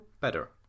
better